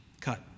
Cut